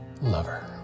lover